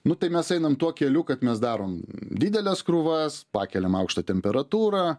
nu tai mes einam tuo keliu kad mes darom dideles krūvas pakeliam aukštą temperatūrą